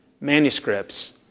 manuscripts